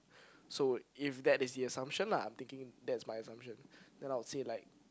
so if that is the assumption lah I'm thinking that is my assumption then I will say like